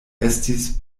estis